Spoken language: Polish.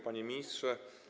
Panie Ministrze!